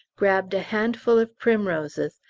grabbed a handful of primroses,